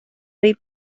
vell